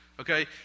Okay